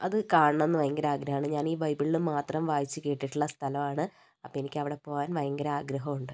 അത് കാണണം എന്ന് ഭയങ്കര ആഗ്രഹമാണ് ഞാൻ ഈ ബൈബിളിൽ മാത്രം വായിച്ച് കേട്ടിട്ടുള്ള സ്ഥലമാണ് അപ്പം എനിക്ക് അവിടെ പോകാൻ ഭയങ്കര ആഗ്രഹം ഉണ്ട്